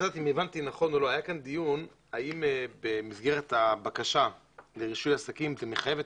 היה כאן דיון האם במסגרת הבקשה לרישוי עסקים שמחייבת